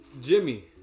Jimmy